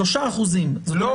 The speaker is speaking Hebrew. זה שלושה אחוזים, זה לא.